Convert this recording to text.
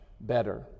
better